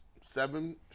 seven